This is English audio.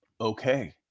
okay